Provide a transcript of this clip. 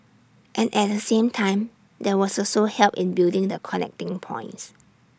and at the same time there was also help in building the connecting points